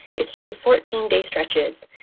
is to do fourteen day stretches,